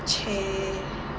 !chey!